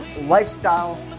Lifestyle